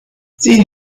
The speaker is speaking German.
sie